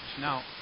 Now